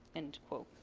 end quote.